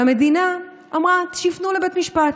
והמדינה אמרה: שיפנו לבית משפט.